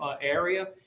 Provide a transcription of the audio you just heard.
area